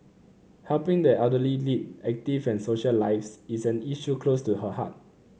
helping the elderly lead active and social lives is an issue close to her heart